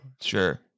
Sure